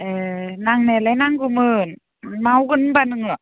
ए नांनायालाय नांगौमोन मावगोन होनब्ला नोङो